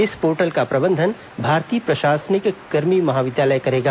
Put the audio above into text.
इस पोर्टल का प्रबंधन भारतीय प्रशासनिक कर्मी महाविद्यालय करेगा